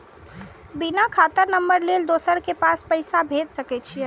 बिना खाता नंबर लेल दोसर के पास पैसा भेज सके छीए?